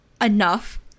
enough